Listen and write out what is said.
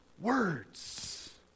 words